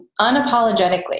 unapologetically